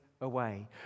Away